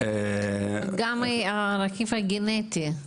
גם הרכיב הגנטי.